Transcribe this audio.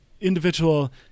individual